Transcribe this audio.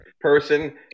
person